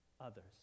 others